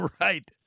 Right